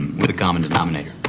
with a common denominator.